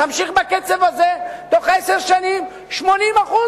תמשיך בקצב הזה ובתוך עשר שנים 80%